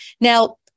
Now